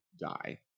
die